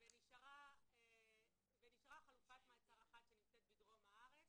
ונשארה חלופת מעצר אחת שנמצאת בדרום הארץ,